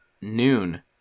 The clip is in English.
noon